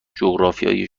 جغرافیای